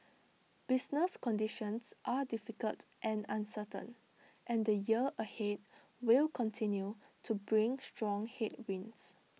business conditions are difficult and uncertain and the year ahead will continue to bring strong headwinds